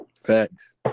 Facts